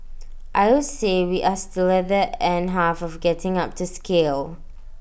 I would say we are still at the end half of getting up to scale